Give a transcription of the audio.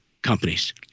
companies